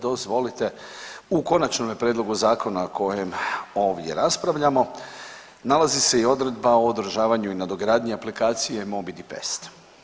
Dozvolite u konačnome prijedlogu zakona kojem ovdje raspravljamo nalazi se i odredba o održavanju i nadogradnji aplikacije MOBI the Pest.